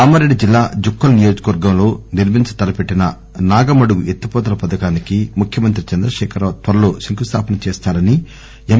కామారెడ్డి జిల్లా జుక్కల్ నియోజకవర్గంలో నిర్మించ తలపెట్టిన నాగమడుగు ఎత్తిపోతల పథకానికి ముఖ్యమంత్రి చంద్రశేఖర్ రావు త్వరలో శంకుస్థాపన చేస్తారని ఎం